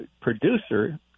producer